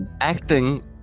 acting